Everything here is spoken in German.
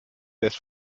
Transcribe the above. des